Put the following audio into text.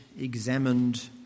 examined